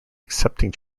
accepting